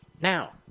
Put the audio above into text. Now